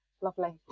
lovely